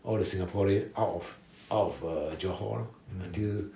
all the singaporean out of out of uh johor until